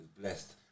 blessed